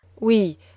oui